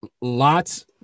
Lots